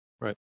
Right